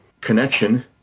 connection